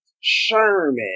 Sherman